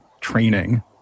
training